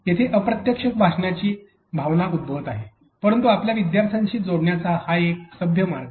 येथे अप्रत्यक्ष भाषणाची भावना उद्भवत आहे परंतु आपल्या विद्यार्थ्यांशी जोडण्याचा हा एक सभ्य मार्ग आहे